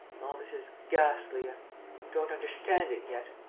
all this is ghastly. i don't understand it yet.